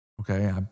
okay